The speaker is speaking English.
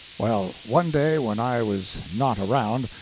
well, one day when i was not around,